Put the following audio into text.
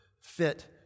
fit